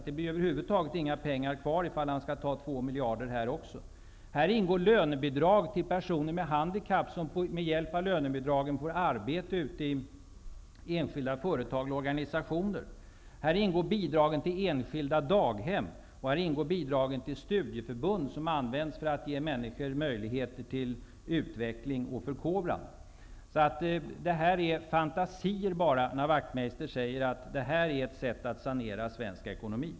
Det blir över huvud taget inga pengar kvar, om han skall ta två miljarder här också. Här ingår lönebidrag till personer med handikapp, som med hjälp av detta bidrag får arbete ute i enskilda företag och organisationer. Här ingår bidragen till enskilda daghem och bidragen till studieförbunden, som används för att ge människor möjligheter till utveckling och förkovran. Det är bara fantasier när Wachtmeister säger att detta är ett sätt att sanera svensk ekonomi.